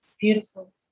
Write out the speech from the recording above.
Beautiful